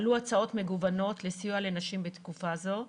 עלו הצעות מגוונת לסיוע לנשים בתקופה זו,